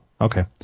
Okay